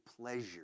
pleasure